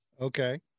Okay